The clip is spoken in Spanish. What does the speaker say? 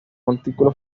montículo